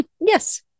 yes